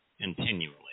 continually